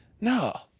No